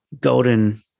golden